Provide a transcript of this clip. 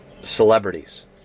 celebrities